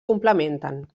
complementen